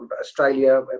Australia